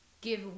give